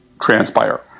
transpire